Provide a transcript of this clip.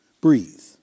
breathe